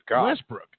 Westbrook